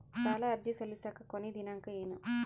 ಸಾಲ ಅರ್ಜಿ ಸಲ್ಲಿಸಲಿಕ ಕೊನಿ ದಿನಾಂಕ ಏನು?